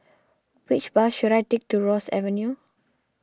which bus should I take to Ross Avenue